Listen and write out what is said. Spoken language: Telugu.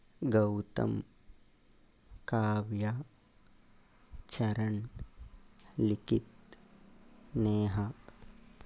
గౌతమ్ కావ్య చరణ్ లిఖిత్ నేహా